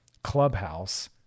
Clubhouse